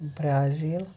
Brazil